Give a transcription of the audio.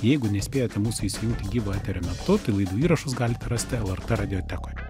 jeigu nespėjote mūsų įsijungti gyvo eterio metu tai laidų įrašus galite rasti lrt radiotekoj